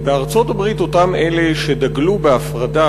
אותם אלה בארצות-הברית שדגלו בהפרדה